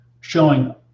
showing